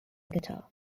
guitar